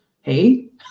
hey